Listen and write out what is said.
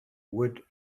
would